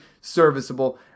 serviceable